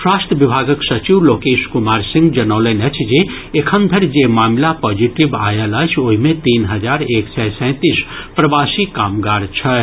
स्वास्थ्य विभागक सचिव लोकेश कुमार सिंह जनौलनि अछि जे एखन धरि जे मामिला पॉजिटिव आयल अछि ओहि मे तीन हजार एक सय सैतिस प्रवासी कामगार छथि